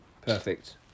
Perfect